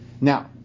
Now